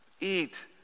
eat